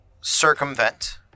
circumvent